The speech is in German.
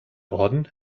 orden